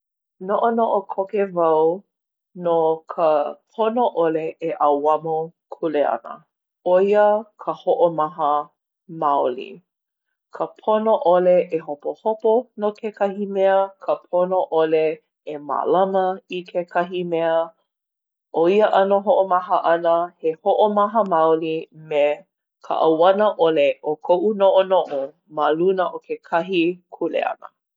Noʻonoʻo koke wau no ka pono ʻole e ʻauamo kuleana. ʻO ia ka hoʻomaha maoli. Ka pono ʻole e hopohopo no kekahi mea. Ka pono ʻole e mālama i kekahi mea. ʻO ia ʻano hoʻomaha ʻana, he hoʻomaha maoli me ka ʻauana ʻole o koʻu noʻonoʻo ma luna o kekahi kuleana.